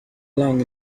long